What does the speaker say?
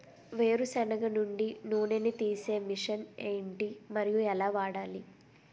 వేరు సెనగ నుండి నూనె నీ తీసే మెషిన్ ఏంటి? మరియు ఎలా వాడాలి?